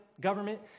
government